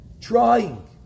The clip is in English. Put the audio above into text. trying